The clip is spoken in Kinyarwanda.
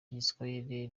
igiswahili